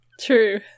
true